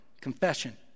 Confession